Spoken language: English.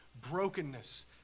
brokenness